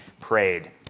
prayed